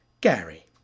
Gary